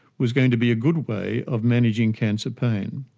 was going to be a good way of managing cancer pain,